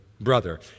brother